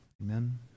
Amen